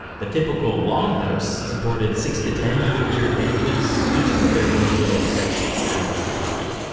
the typical longhouse supported six to ten nuclear families, each with their own little section, kinda like an apartment.